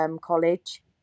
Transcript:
college